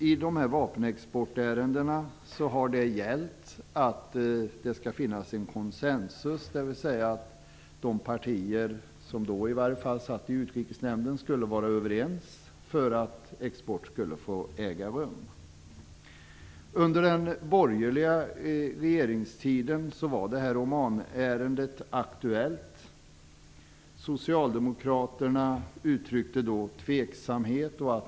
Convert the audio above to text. I vapenexportärendena har krävts konsensus, dvs. att de partier som satt i Utrikesnämnden skulle vara överens för att export skulle få äga rum. Omanärendet var aktuellt under den borgerliga regeringstiden. Socialdemokraterna uttryckte då tveksamhet.